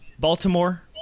Baltimore